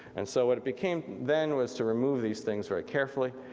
and so what it became then, was to remove these things very carefully.